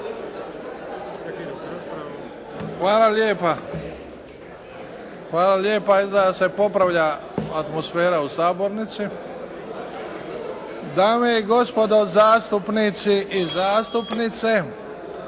Hvala lijepa. Izgleda se popravlja atmosfera u sabornici. Dame i gospodo zastupnici i zastupnice,